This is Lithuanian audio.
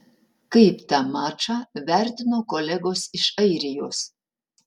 kaip tą mačą vertino kolegos iš airijos